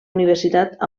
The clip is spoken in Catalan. universitat